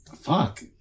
Fuck